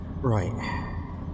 Right